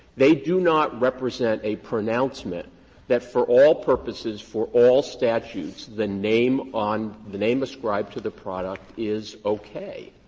they do not represent a pronouncement that for all purposes, for all statutes, the name on the name ascribed to the product is okay.